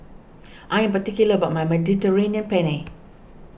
I am particular about my Mediterranean Penne